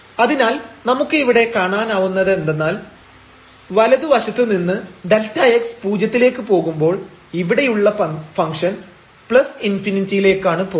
അതിനാൽ നമുക്ക് ഇവിടെ കാണാനാവുന്നതെന്തെന്നാൽ വലതു വശത്തുനിന്ന് Δ x പൂജ്യത്തിലേക്ക് പോകുമ്പോൾ ഇവിടെയുള്ള ഫംഗ്ഷൻ ∞ യിലേക്കാണ് പോകുന്നത്